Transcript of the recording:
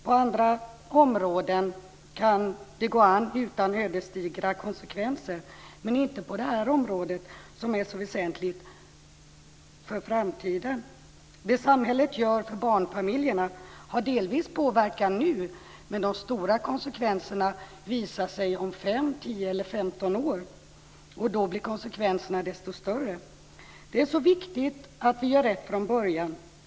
På andra områden kan det gå an utan ödesdigra konsekvenser, men inte på detta område som är så väsentligt för framtiden. Det samhället gör för barnfamiljerna har delvis påverkan nu. Men de stora konsekvenserna visar sig om fem, tio eller femton år, och då blir konsekvenserna desto större. Det är så viktigt att vi gör rätt från början.